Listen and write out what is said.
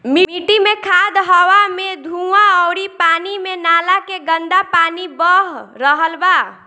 मिट्टी मे खाद, हवा मे धुवां अउरी पानी मे नाला के गन्दा पानी बह रहल बा